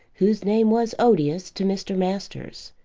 whose name was odious to mr. masters.